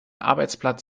arbeitsplatz